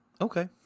okay